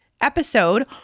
episode